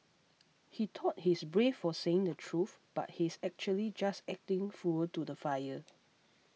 he thought he's brave for saying the truth but he's actually just acting fuel to the fire